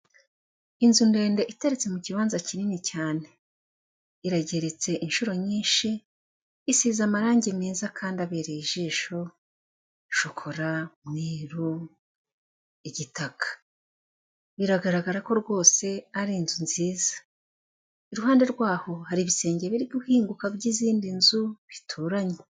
Inzu ndende iteretse mu kibanza kinini cyane, irageretse inshuro nyinshi, isize amarangi meza kandi abereye ijisho, shokora, umweru, igitaka, biragaragara ko rwose ari inzu nziza. Iruhande rwaho hari ibisenge biri guhinguka by'izindi nzu bituranye.